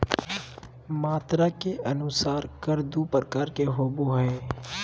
मात्रा के अनुसार कर दू प्रकार के होबो हइ